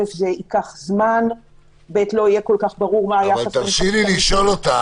זה ייקח זמן וגם לא יהיה ברור מה היחס --- אבל תרשי לי לשאול אותך